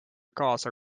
kaasa